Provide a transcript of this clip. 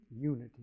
unity